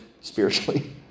spiritually